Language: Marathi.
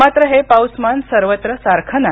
मात्र हे पाऊसमान सर्वत्र सारखं नाही